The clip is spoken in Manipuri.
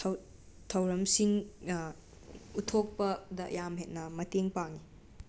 ꯊꯧ ꯊꯧꯔꯝꯁꯤꯡ ꯎꯠꯊꯣꯛꯄꯗ ꯌꯥꯝꯅ ꯍꯦꯟꯅ ꯃꯇꯦꯡ ꯄꯥꯡꯏ